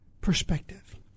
perspective